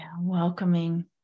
welcoming